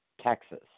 Texas